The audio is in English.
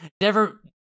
never-